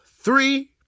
three